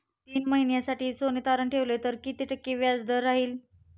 तीन महिन्यासाठी सोने तारण ठेवले तर किती टक्के व्याजदर राहिल?